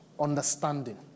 understanding